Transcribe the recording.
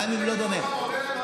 אל תיתן לו 400,